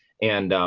and um,